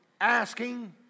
Asking